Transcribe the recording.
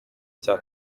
cya